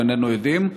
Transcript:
ואיננו יודעים.